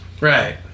Right